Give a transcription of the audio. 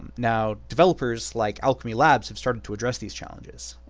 now developers like alchemy labs have started to address these challenges.